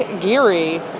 Geary